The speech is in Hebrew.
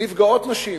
נפגעות נשים.